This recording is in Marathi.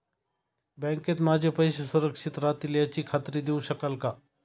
बँकेत माझे पैसे सुरक्षित राहतील याची खात्री देऊ शकाल का?